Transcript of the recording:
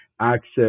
access